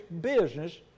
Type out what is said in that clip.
business